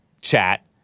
chat